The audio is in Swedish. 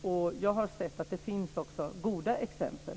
Och jag har sett att det också finns goda exempel.